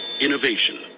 Innovation